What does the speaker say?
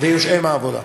ויושעה מהעבודה.